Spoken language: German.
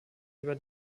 über